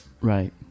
right